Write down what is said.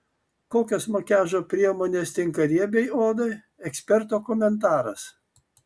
kokios makiažo priemonės tinka riebiai odai eksperto komentaras